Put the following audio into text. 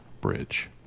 Bridge